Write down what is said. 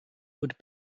would